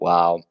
Wow